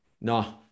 no